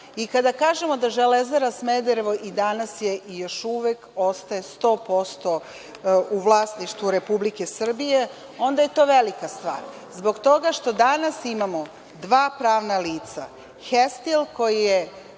i kada kažemo da „Železara Smederevo“ i danas je i još uvek ostaje 100% u vlasništvu Republike Srbije, onda je to velika stvar, zbog toga što danas imamo dva pravna lica - „Hestil“ koji je